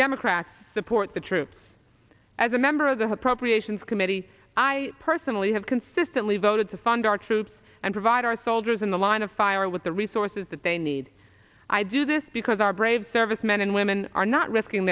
democrats support the troops as a member of the procreation committee i personally have consistently voted to fund our troops and provide our soldiers in the line of fire with the resources that they need i do this because our brave servicemen and women are not risking